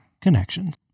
Connections